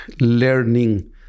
learning